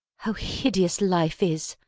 how hideous life is.